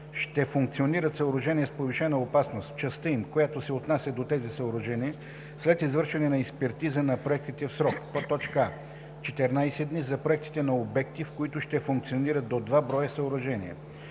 ще функционират съоръжения с повишена опасност, в частта им, която се отнася до тези съоръжения, след извършване на експертиза на проектите в срок: а) 14 дни – за проекти на обекти, в които ще функционират до два броя съоръжения;